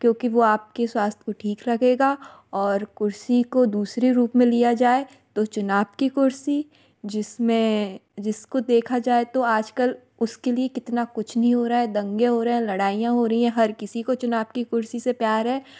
क्योंकि वो आप के स्वास्थ्य को ठीक रखेगा और कुर्सी को दूसरे रूप में लिया जाए तो चुनाव की कुर्सी जिस में जिस को देखा जाए तो आज कल उसके लिए कितना कुछ नहीं हो रहा है दंगे हो रहे लड़ाइयाँ हो रही हहैं हर किसी को चुनाव की कुर्सी से प्यार है